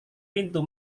pintu